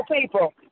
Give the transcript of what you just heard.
people